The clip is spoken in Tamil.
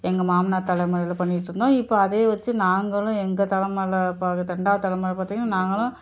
எங்கள் மாமனார் தலைமுறையில பண்ணிட்டிருந்தோம் இப்போ அதே வச்சு நாங்களும் எங்கள் தலமைல பாக் ரெண்டாவது தலமுறையில பார்த்திங்கன்னா நாங்களும்